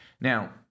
Now